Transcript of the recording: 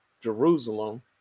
Jerusalem